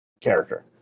character